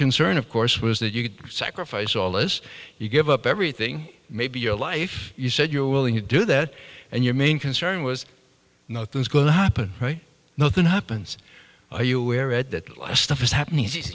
concern of course was that you could sacrifice all this you give up everything maybe your life you said you're willing to do that and your main concern was nothing's going to happen right nothing happens are you aware at that stuff is happening